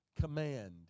command